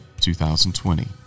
2020